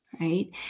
Right